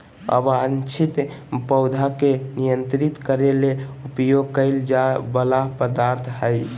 अवांछित पौधा के नियंत्रित करे ले उपयोग कइल जा वला पदार्थ हइ